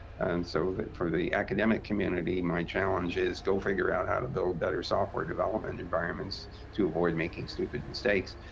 and so for the academic community, my challenge is go figure out how to build better software development environments to avoid making stupid mistakes.